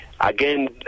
again